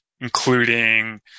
including